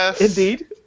Indeed